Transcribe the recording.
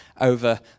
over